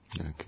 Okay